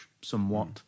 somewhat